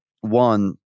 one